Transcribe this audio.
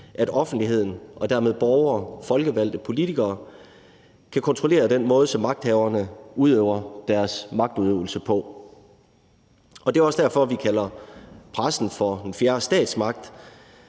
at offentligheden og dermed borgere og folkevalgte politikere kan kontrollere den måde, som magthaverne udøver deres magt på. Det er også derfor, vi kalder pressen for den fjerde statsmagt,